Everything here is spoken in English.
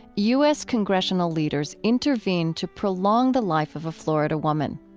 u s. congressional leaders intervened to prolong the life of a florida woman.